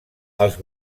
els